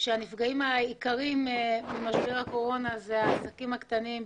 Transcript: הנפגעים העיקריים ממשבר הקורונה אלה העסקים הקטנים,